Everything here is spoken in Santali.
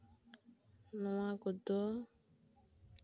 ᱱᱚᱣᱟ ᱠᱚᱫᱚ